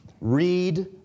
read